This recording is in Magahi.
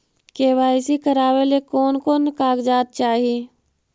के.वाई.सी करावे ले कोन कोन कागजात चाही?